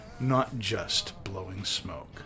notjustblowingsmoke